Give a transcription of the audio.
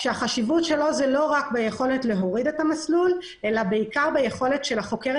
החשיבות שלו היא בעיקר ביכולת של החוקרת